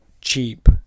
cheap